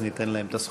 אז ניתן להם את הזכות.